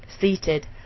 Seated